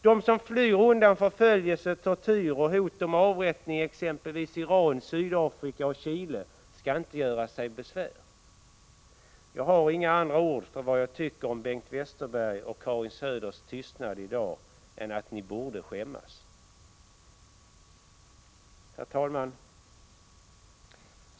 De som flyr undan förföljelse, tortyr och hot om avrättning i exempelvis Iran, Sydafrika eller Chile skall inte göra sig besvär. Jag har inga andra ord för vad jag tycker om Bengt Westerbergs och Karin Söders tystnad än: Ni borde skämmas. Herr talman!